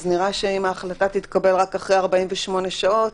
אז נראה שאם ההחלטה תתקבל רק אחרי 48 שעות